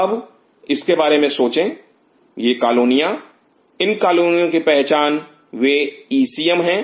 अब इसके बारे में सोचें यह कालोनियां इन कालोनियों की पहचान वे इसीएम हैं